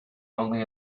only